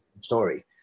story